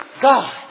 God